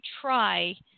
try